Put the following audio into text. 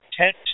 tent